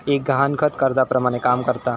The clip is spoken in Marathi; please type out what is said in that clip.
एक गहाणखत कर्जाप्रमाणे काम करता